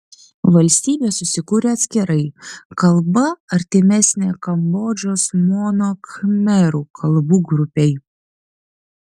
valstybė susikūrė atskirai kalba artimesnė kambodžos mono khmerų kalbų grupei